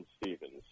Stevens